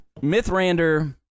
Mythrander